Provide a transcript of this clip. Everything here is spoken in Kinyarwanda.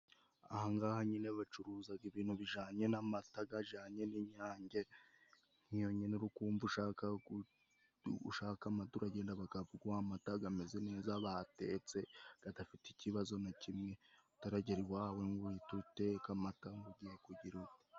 Aha ng'aha nyine bacuruzaga ibintu bijanye n'amata gajanye n'Inyange. Nk'iyo nyine uri kumva ushaka amata, uragenda bakaguha amata gameze neza batetse, kadafite ikibazo na kimwe utaragera iwawe ngo uhite uteka amata ugiye kugira ute.